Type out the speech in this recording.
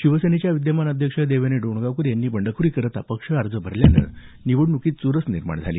शिवसेनेच्या विद्यमान अध्यक्ष देवयानी डोणगावकर यांनी बंडखोरी करत अपक्ष अर्ज भरल्यानं निवडणुकीत चुरस निर्माण झाली